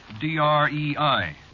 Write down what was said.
D-R-E-I